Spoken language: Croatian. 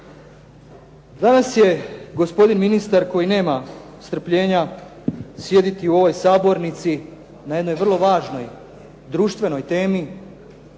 Danas je gospodin ministar koji nema strpljenja sjediti u ovoj sabornici na jednoj vrlo važnoj društvenoj temi